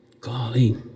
Golly